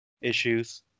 issues